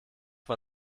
war